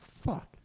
Fuck